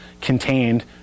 contained